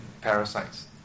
parasites